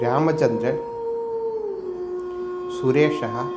रामचन्द्रः सुरेशः